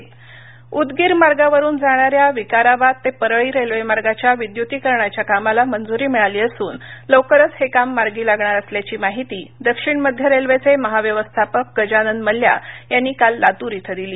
railway मार्ग विद्यतीकरण लातर उदगीर मार्गावरून जाणाऱ्या विकाराबाद ते परळी रेल्वे मार्गाच्या विद्युतीकरणाच्या कामास मंजुरी मिळाली असून लवकरच हे काम मार्गी लागणार असल्याची माहिती दक्षिण मध्य रेल्वेचे महाव्यवस्थापक गजानन मल्ल्या यांनी काल लातूर इथं दिली